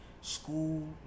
school